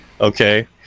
Okay